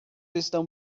estão